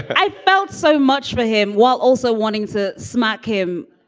i felt so much for him while also wanting to smack him